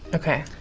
okay.